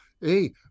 hey